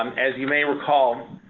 um as you may recall,